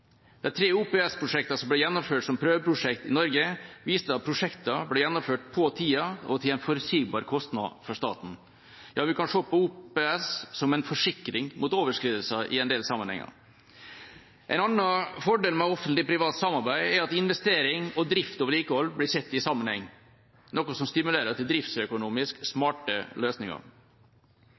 De tre OPS-prosjektene som ble gjennomført som prøveprosjekt i Norge, viste at prosjektene ble gjennomført på tida, og til en forutsigbar kostnad for staten. Ja, vi kan se på OPS som en forsikring mot overskridelser i en del sammenhenger. En annen fordel med offentlig–privat samarbeid er at investering, drift og vedlikehold blir sett i sammenheng, noe som stimulerer til driftsøkonomisk smarte løsninger.